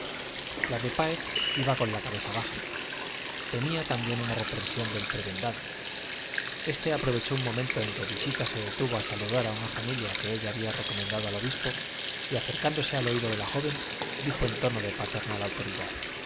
la de páez iba con la cabeza baja temía también una reprensión del prebendado este aprovechó un momento en que visita se detuvo para saludar a una familia que ella había recomendado al obispo y acercándose al oído de la joven dijo en tono de paternal autoridad